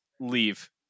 leave